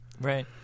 right